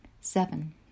Seven